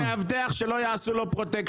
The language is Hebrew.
כל חקלאי שעובד עם מאבטח שלא יעשו לו פרוטקשן,